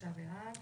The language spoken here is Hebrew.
3 בעד.